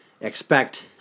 expect